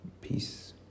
peace